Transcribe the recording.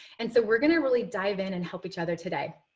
and so we're going to really dive in and help each other today.